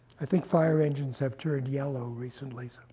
i think fire engines have turned yellow recently,